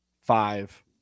five